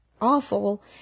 awful